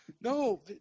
No